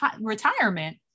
retirement